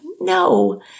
no